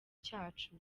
cyacu